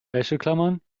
wäscheklammern